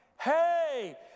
Hey